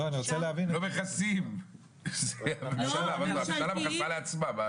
לא מכסים, זה הממשלה מכסה לעצמה.